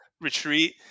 retreat